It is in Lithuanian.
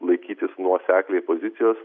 laikytis nuosekliai pozicijos